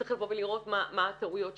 צריך לבוא ולראות מה הטעויות שנעשו,